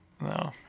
No